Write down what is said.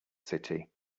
city